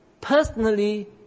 personally